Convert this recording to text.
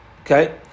Okay